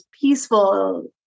peaceful